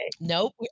Nope